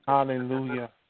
Hallelujah